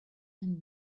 and